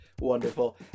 wonderful